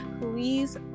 Please